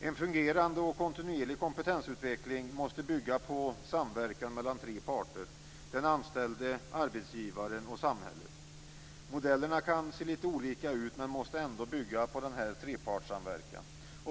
En fungerande och kontinuerlig kompetensutveckling måste bygga på samverkan mellan tre parter: den anställde, arbetsgivaren och samhället. Modellerna kan se litet olika ut men måste ändå bygga på denna trepartssamverkan.